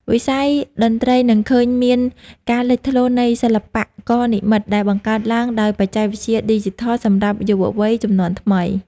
វិស័យតន្ត្រីនឹងឃើញមានការលេចឡើងនៃសិល្បករនិម្មិត ដែលបង្កើតឡើងដោយបច្ចេកវិទ្យាឌីជីថលសម្រាប់យុវវ័យជំនាន់ថ្មី។